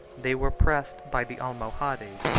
they were pressed by the almohades,